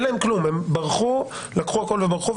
הם לקחו הכל וברחו.